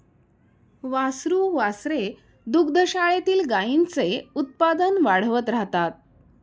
वासरू वासरे दुग्धशाळेतील गाईंचे उत्पादन वाढवत राहतात